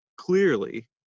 clearly